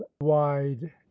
wide